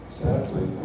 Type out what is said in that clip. sadly